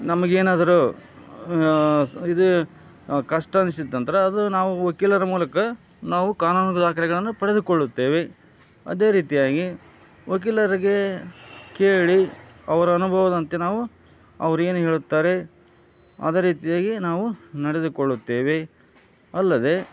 ನಮ್ಗೆ ಏನಾದರೂ ಸ್ ಇದು ಕಷ್ಟ ಅನಿಸಿತ್ತಂದ್ರೆ ಅದು ನಾವು ವಕೀಲರ ಮೂಲಕ ನಾವು ಕಾನೂನು ದಾಖಲೆಗಳನ್ನು ಪಡೆದುಕೊಳ್ಳುತ್ತೇವೆ ಅದೇ ರೀತಿಯಾಗಿ ವಕೀಲರಿಗೆ ಕೇಳಿ ಅವ್ರ ಅನುಭವದಂತೆ ನಾವು ಅವ್ರು ಏನು ಹೇಳುತ್ತಾರೆ ಅದೇ ರೀತಿಯಾಗಿ ನಾವು ನಡೆದುಕೊಳ್ಳುತ್ತೇವೆ ಅಲ್ಲದೆ